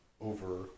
over